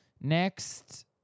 Next